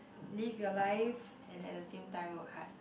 live your life and at the same time work hard